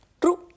True